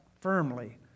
firmly